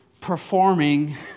performing